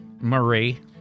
Marie